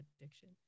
addiction